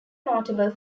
notable